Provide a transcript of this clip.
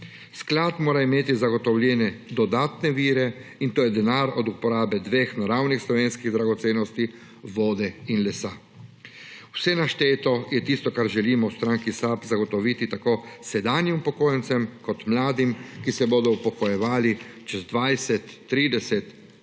Sklad mora imeti zagotovljene dodatne vire, in to je denar od uporabe dveh naravnih slovenskih dragocenosti − vode in lesa. Vse našteto je tisto, kar želimo v stranki SAB zagotoviti tako sedanjim upokojencem kot mladim, ki se bodo upokojevali čez 20, 30,